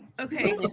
Okay